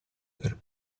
per